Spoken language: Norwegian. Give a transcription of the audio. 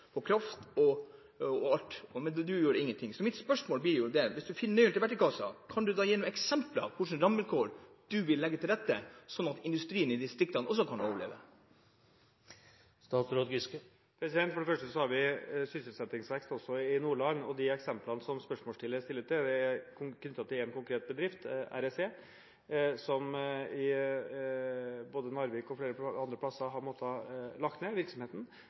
for kraft osv., men statsråden gjør ingenting. Så mitt spørsmål blir: Hvis statsråden finner nøkkelen til verktøykassa, kan han da gi noen eksempler på hvilke rammevilkår han vil legge til rette for, slik at også industrien i distriktene kan overleve? For det første: Vi har sysselsettingsvekst også i Nordland, og de eksemplene som spørsmålsstiller viser til, er knyttet til én konkret bedrift, REC, som har måttet legge ned virksomheten både i Narvik og flere andre plasser fordi man rett og slett har